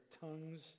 tongues